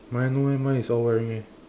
mine no eh mine is all wearing eh